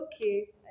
Okay